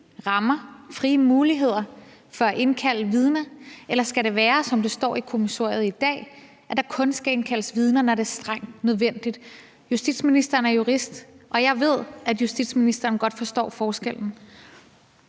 rammer, frie muligheder, for at indkalde vidner? Eller skal det være sådan, som det står i kommissoriet i dag, at der kun skal indkaldes vidner, når det er strengt nødvendigt? Justitsministeren er jurist, og jeg ved, at justitsministeren godt forstår forskellen.